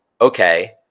okay